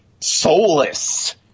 soulless